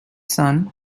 son